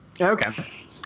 Okay